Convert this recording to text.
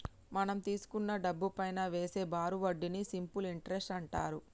మనం తీసుకున్న డబ్బుపైనా వేసే బారు వడ్డీని సింపుల్ ఇంటరెస్ట్ అంటారు